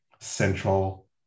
central